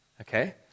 Okay